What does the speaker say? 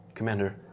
Commander